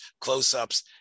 close-ups